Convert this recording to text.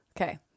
Okay